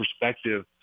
perspective